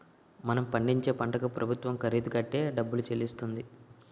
మనం పండించే పంటకు ప్రభుత్వం ఖరీదు కట్టే డబ్బు చెల్లిస్తుంది